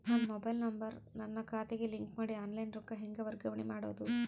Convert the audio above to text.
ನನ್ನ mobile number ನನ್ನ ಖಾತೆಗೆ ಲಿಂಕ್ ಮಾಡಿ ಆನ್ಲೈನ್ ರೊಕ್ಕ ಹೆಂಗ ವರ್ಗಾವಣೆ ಮಾಡೋದು?